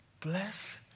bless